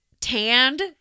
tanned